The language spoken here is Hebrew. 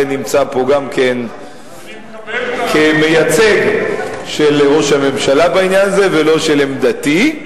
שאני הרי נמצא פה גם כן כמייצג של ראש הממשלה בעניין הזה ולא של עמדתי.